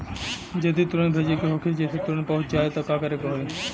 जदि तुरन्त भेजे के होखे जैसे तुरंत पहुँच जाए त का करे के होई?